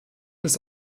des